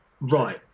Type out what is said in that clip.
right